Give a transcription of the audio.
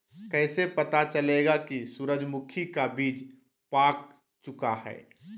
कैसे पता चलेगा की सूरजमुखी का बिज पाक चूका है?